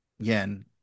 Yen